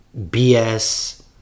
bs